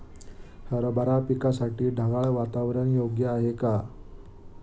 हरभरा पिकासाठी ढगाळ वातावरण योग्य आहे का?